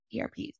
ERPs